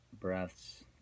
breaths